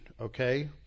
okay